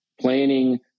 planning